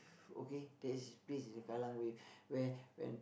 okay this place is the Kallang-Wave where when